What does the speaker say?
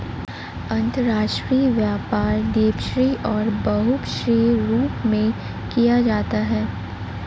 अंतर्राष्ट्रीय व्यापार द्विपक्षीय और बहुपक्षीय रूप में किया जाता है